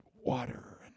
water